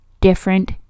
different